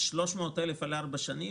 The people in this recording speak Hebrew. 300,000 בארבע שנים,